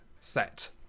set